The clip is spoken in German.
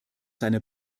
seiner